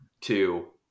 two